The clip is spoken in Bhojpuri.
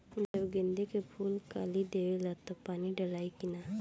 जब गेंदे के फुल कली देवेला तब पानी डालाई कि न?